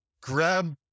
grab